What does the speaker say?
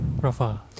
Rafa